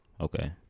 Okay